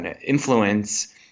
influence